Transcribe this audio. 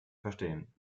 verstehen